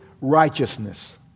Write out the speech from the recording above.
righteousness